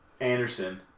Anderson